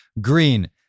Green